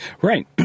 Right